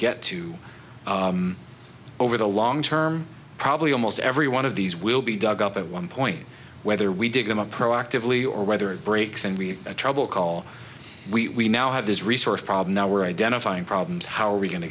get to over the long term probably almost every one of these will be dug up at one point whether we dig them up proactively or whether it breaks and we have a trouble call we now have this resource problem now we're identifying problems how are we going to